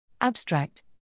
Abstract